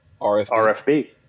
RFB